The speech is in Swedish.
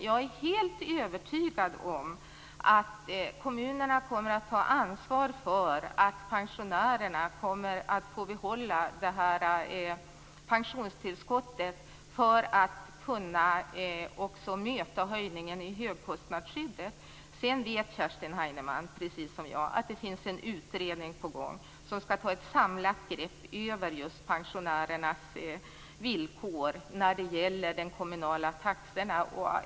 Jag är helt övertygad om att kommunerna kommer att ta ansvar för att pensionärerna får behålla pensionstillskottet för att kunna möta höjningen i högkostnadsskyddet. Sedan vet Kerstin Heinemann precis som jag att det finns en utredning på gång som skall ta ett samlat grepp över just pensionärernas villkor när det gäller de kommunala taxorna.